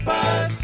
Buzz